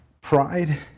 Pride